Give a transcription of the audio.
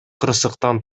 кырсыктан